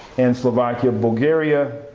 and slovakia, bulgaria,